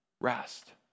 rest